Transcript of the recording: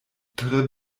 tre